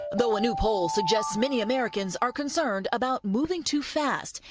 though a new poll suggests many americans are concerned about moving too fast.